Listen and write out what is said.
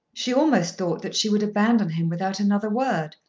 she almost thought that she would abandon him without another word.